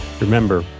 Remember